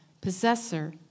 possessor